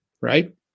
right